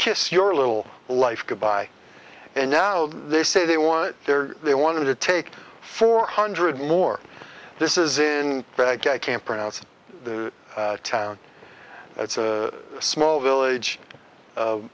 kiss your little life goodbye and now they say they want there they wanted to take four hundred more this is in fact i can't pronounce it the town it's a small village